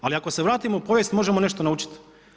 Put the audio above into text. Ali, ako se vratimo u povijest, možemo nešto naučiti.